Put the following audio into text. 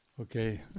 Okay